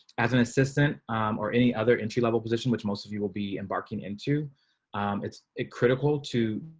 as an assistant or any other entry level position, which most of you will be embarking into it's critical to